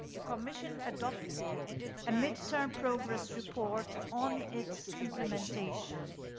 the commission adopted a midterm progress report on its implementimplementation.